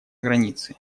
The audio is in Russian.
границе